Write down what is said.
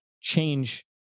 change